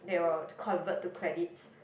they will convert to credits